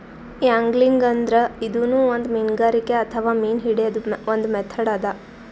angling ಅಂದ್ರ ಇದೂನು ಒಂದ್ ಮೀನ್ಗಾರಿಕೆ ಅಥವಾ ಮೀನ್ ಹಿಡ್ಯದ್ದ್ ಒಂದ್ ಮೆಥಡ್ ಅದಾ